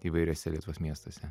įvairiuose lietuvos miestuose